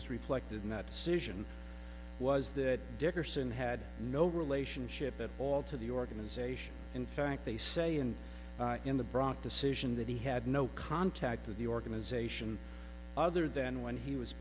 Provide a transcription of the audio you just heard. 's reflected in that decision was that dickerson had no relationship at all to the organization in fact they say in in the brock decision that he had no contact with the organization other than when he was